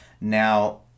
Now